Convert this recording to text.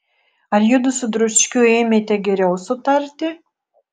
ar judu su dručkiu ėmėte geriau sutarti